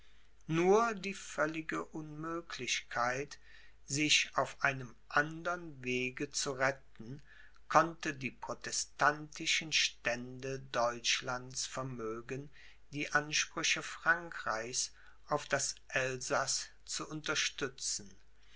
nur die völlige unmöglichkeit sich auf einem andern wege zu retten konnte die protestantischen stände deutschlands vermögen die ansprüche frankreichs auf das elsaß zu unterstützen